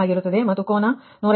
6153